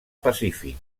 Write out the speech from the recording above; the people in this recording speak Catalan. pacífic